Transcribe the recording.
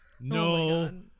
No